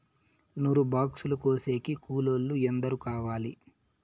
నూరు బాక్సులు కోసేకి కూలోల్లు ఎందరు కావాలి?